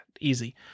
easy